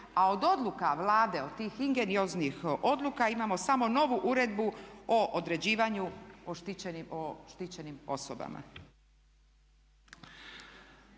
A od odluka Vlade od tih ingenioznih odluka imamo samo novu Uredbu o određivanju o štićenim osobama.